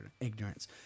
ignorance